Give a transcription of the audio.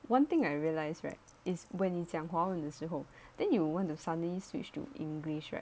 one thing I realise right is when it 讲华文的时候 then you want to suddenly switched to english right